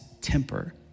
temper